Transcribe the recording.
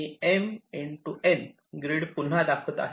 मी M N grid पुन्हा दाखवत आहे